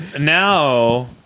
now